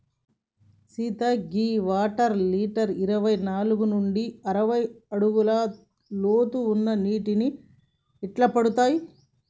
సీత గీ water lilies ఇరవై నాలుగు నుండి అరవై అంగుళాల లోతు ఉన్న నీటిని ఇట్టపడతాయి